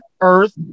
earth